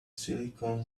silicon